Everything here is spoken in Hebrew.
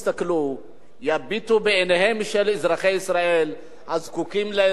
יביטו בעיניהם של אזרחי ישראל הזקוקים לעזרה ולסיוע,